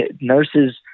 nurses